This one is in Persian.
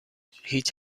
هیچ